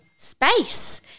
space